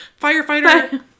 Firefighter